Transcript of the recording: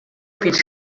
fins